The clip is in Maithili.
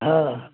हँ